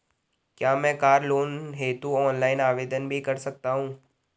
क्या मैं car loan हेतु ऑनलाइन आवेदन भी कर सकता हूँ?